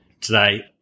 today